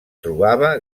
trobava